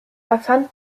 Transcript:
erfand